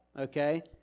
okay